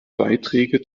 beiträge